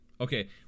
Okay